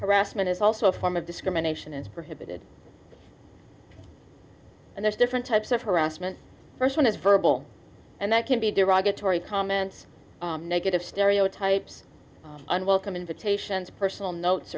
harassment is also a form of discrimination is prohibited and there's different types of harassment first one is verbal and that can be derogatory comments negative stereotypes unwelcome invitations personal notes